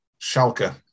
Schalke